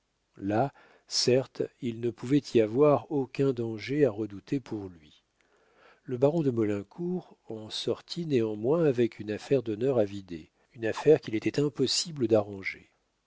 là certes il ne pouvait y avoir aucun danger à redouter pour lui le baron de maulincour en sortit néanmoins avec une affaire d'honneur à vider une affaire qu'il était impossible d'arranger